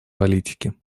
политики